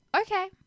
okay